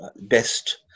best